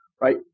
right